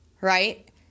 right